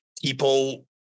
people